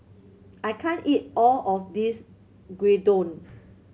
I can't eat all of this Gyudon